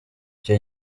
icyo